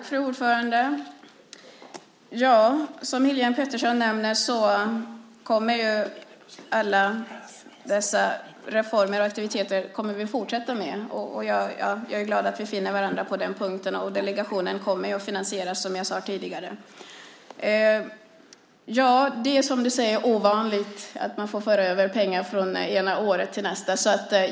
Fru talman! Som Helene Petersson nämner kommer vi att fortsätta med alla de olika reformerna och aktiviteterna. Jag är glad att vi finner varandra på den punkten. Delegationen kommer att finansieras, som jag sade tidigare. Det är ovanligt, som du säger, att man för över pengar från det ena året till det andra.